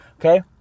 okay